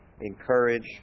encourage